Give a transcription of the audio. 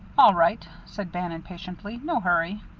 all right, said bannon, patiently no hurry.